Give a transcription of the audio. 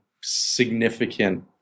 significant